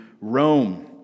Rome